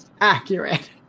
accurate